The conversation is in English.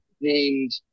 named